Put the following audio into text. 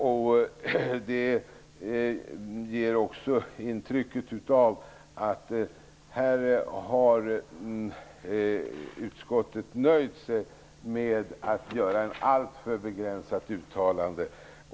Det ger också intrycket av att utskottet här har nöjt sig med att göra ett alltför begränsat uttalande.